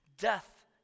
Death